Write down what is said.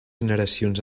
generacions